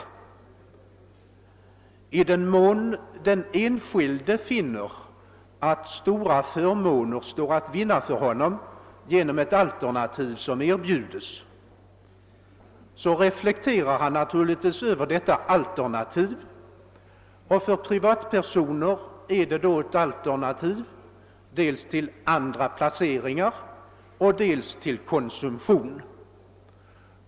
I den mån den enskilde finner att stora förmåner står att vinna för honom genom ett alternativ som erbjuds reflekterar han naturligtvis över detta alternativ. För privatpersoner är det dels andra placeringar, dels konsumtion.